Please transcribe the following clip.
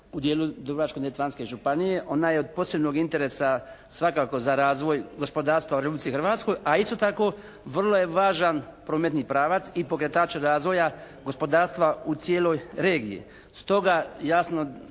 u dijelu Dubrovačko-Neretvanske županije. Ona je od posebnog interesa svakako za razvoj gospodarstva u Republici Hrvatskoj, a isto tako vrlo je važan prometni pravac i pokretač razvoja gospodarstva u cijeloj regiji.